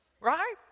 Right